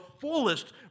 fullest